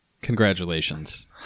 congratulations